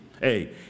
Hey